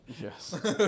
Yes